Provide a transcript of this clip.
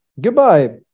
Goodbye